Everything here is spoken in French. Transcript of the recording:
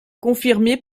confirmé